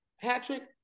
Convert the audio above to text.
Patrick